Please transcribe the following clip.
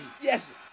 Yes